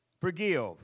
forgive